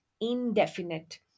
indefinite